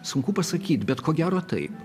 sunku pasakyt bet ko gero taip